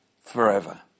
forever